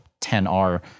10R